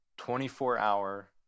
24-hour